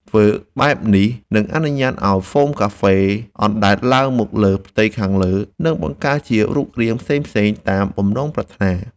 ធ្វើបែបនេះនឹងអនុញ្ញាតឱ្យហ្វូមទឹកដោះគោអណ្តែតឡើងមកលើផ្ទៃខាងលើ និងបង្កើតជារូបរាងផ្សេងៗតាមបំណងប្រាថ្នា។